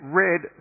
red